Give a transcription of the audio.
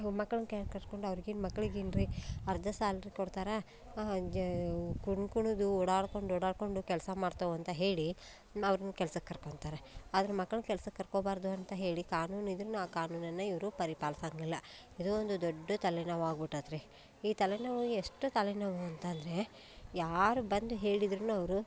ಈ ಮಕ್ಳನ್ನ ಕೆ ಕರ್ಕೊಂಡು ಅವ್ರಿಗೇನು ಮಕ್ಳಿಗೆ ಏನು ರೀ ಅರ್ಧ ಸ್ಯಾಲ್ರೀ ಕೊಡ್ತಾರ ಕುಣ್ಕೊಳೊದು ಓಡಾಡ್ಕೊಂಡು ಓಡಾಡಿಕೊಂಡು ಕೆಲಸ ಮಾಡ್ತಾವೆ ಅಂತ ಹೇಳಿ ಅವ್ರನ್ನ ಕೆಲ್ಸಕ್ಕೆ ಕರ್ಕೊತಾರೆ ಆದ್ರೆ ಮಕ್ಳನ್ನ ಕೆಲ್ಸಕ್ಕೆ ಕರ್ಕೊಬಾರದು ಅಂತ ಹೇಳಿ ಕಾನೂನು ಇದ್ದರೂನು ಆ ಕಾನೂನನ್ನು ಇವರು ಪರಿಪಾಲಿಸಂಗಿಲ್ಲ ಇದು ಒಂದು ದೊಡ್ಡ ತಲೆನೋವು ಆಗಿ ಬುಟತ್ ರೀ ಈ ತಲೆನೋವು ಎಷ್ಟು ತಲೆನೋವು ಅಂತ ಅಂದರೆ ಯಾರು ಬಂದು ಹೇಳಿದರೂನು ಅವರು